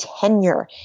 tenure